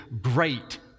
great